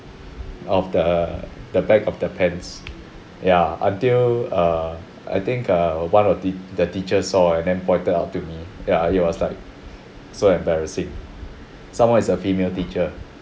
of the the back of the pants ya until err I think err one of t the teacher saw and then pointed out to me ya it was like so embarrassing some more is a female teacher